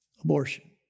abortion